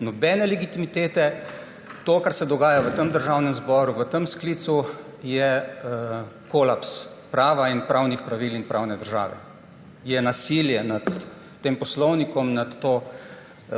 Nobene legitimitete. To, kar se dogaja v tem državnem zboru v tem sklicu, je kolaps prava in pravnih pravil in pravne države. Je nasilje nad tem poslovnikom, nad to